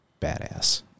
Badass